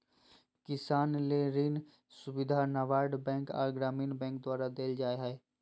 किसान ले ऋण सुविधा नाबार्ड बैंक आर ग्रामीण बैंक द्वारा देल जा हय